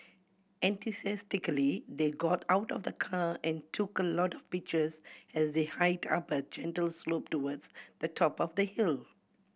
enthusiastically they got out of the car and took a lot of pictures as they hiked up a gentle slope towards the top of the hill